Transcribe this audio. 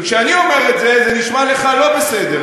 וכשאני אומר את זה זה נשמע לך לא בסדר,